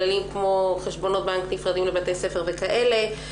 כללים כמו חשבונות בנק נפרדים לבתי ספר וכאלה,